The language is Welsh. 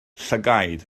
llygaid